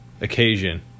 occasion